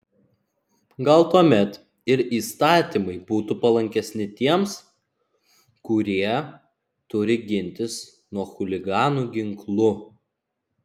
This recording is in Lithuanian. gal tuomet ir įstatymai būtų palankesni tiems kurie turi gintis nuo chuliganų ginklu